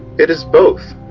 it is both,